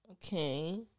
Okay